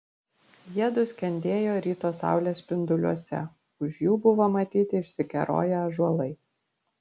jiedu skendėjo ryto saulės spinduliuose už jų buvo matyti išsikeroję ąžuolai